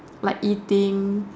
like eating